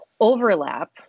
overlap